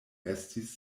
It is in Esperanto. estis